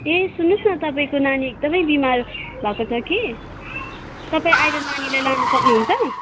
ए सुन्नुहोस् न तपाईँको नानी एकदमै बिमार भएको छ कि तपाईँ आएर नानीलाई लानु सक्नुहुन्छ